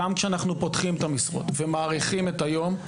גם כשאנחנו פותחים את המשרות ומאריכים את היום,